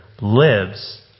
lives